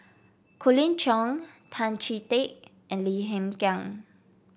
Colin Cheong Tan Chee Teck and Lim Hng Kiang